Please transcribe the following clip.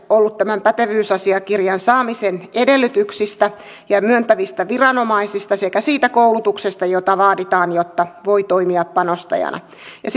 ollut määräykset tämän pätevyysasiakirjan saamisen edellytyksistä ja ja myöntävistä viranomaisista sekä siitä koulutuksesta jota vaaditaan jotta voi toimia panostajana ja